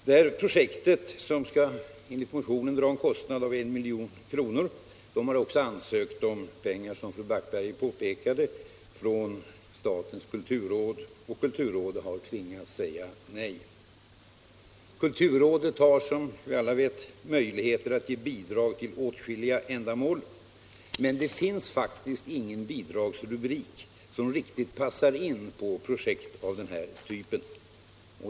För detta projekt, som enligt motionen skall dra en kostnad av 1 milj.kr., har man ansökt om pengar från statens kulturråd, vilket fru Backberger framhöll. Kulturrådet har tvingats säga nej. Kulturrådet har som vi alla vet möjligheter att ge bidrag till åtskilliga ändamål. Men det finns faktiskt ingen bidragsrubrik som riktigt passar in på projekt av denna typ.